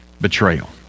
betrayal